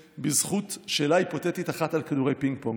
בזכות שאלה היפותטית אחת על כדורי פינג-פונג.